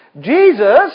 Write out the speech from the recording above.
Jesus